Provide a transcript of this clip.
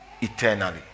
eternally